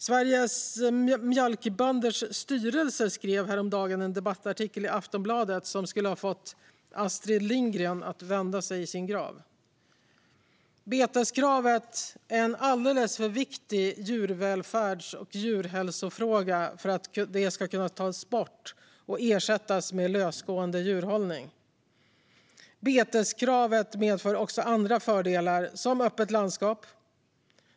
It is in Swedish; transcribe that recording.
Sveriges Mjölkbönders styrelse skrev häromdagen en debattartikel i Aftonbladet som skulle ha fått Astrid Lindgren att vända sig i sin grav. Beteskravet är en alldeles för viktig djurvälfärds och djurhälsofråga för att det kravet ska tas bort och ersättas med lösgående djurhållning. Beteskravet medför också andra fördelar, till exempel ett öppet landskap.